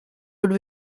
would